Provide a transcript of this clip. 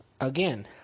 again